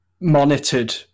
monitored